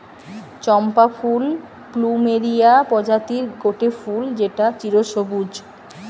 চম্পা ফুল প্লুমেরিয়া প্রজাতির গটে ফুল যেটা চিরসবুজ